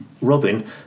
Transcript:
Robin